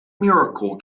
miracle